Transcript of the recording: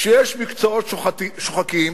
שיש מקצועות שוחקים,